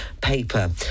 paper